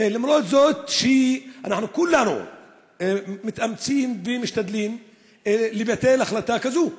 למרות שאנחנו כולנו מתאמצים ומשתדלים לבטל החלטה זו.